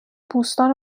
بوستان